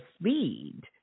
speed